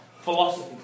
Philosophy